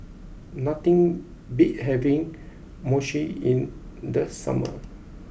nothing beats having Mochi in the summer